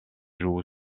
joue